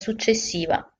successiva